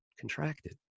contracted